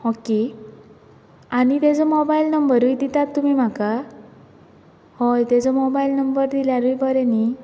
okay आनी तेजो mobile नंबरूय दितात तुमी म्हाका हय तेजो मोबायल नंबर दिल्यारूय बरें न्ही